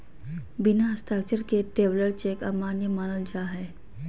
बिना हस्ताक्षर के ट्रैवलर चेक अमान्य मानल जा हय